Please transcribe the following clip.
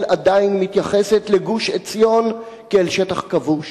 עדיין מתייחסת לגוש-עציון כאל שטח כבוש